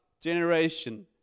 generation